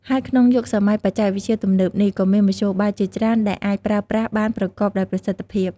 ហើយក្នុងយុគសម័យបច្ចេកវិទ្យាទំនើបនេះ ក៏មានមធ្យោបាយជាច្រើនដែលអាចប្រើប្រាស់បានប្រកបដោយប្រសិទ្ធភាព។